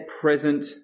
present